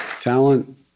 Talent